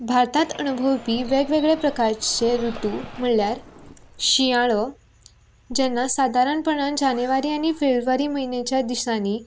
भारतांत अणभवपी वेगवेगळे प्रकारचे रुतू म्हळ्यार शिंयाळो जेन्ना सादारण पणान जानेवारी आनी फेब्रुवारी म्हयनेच्या दिसांनी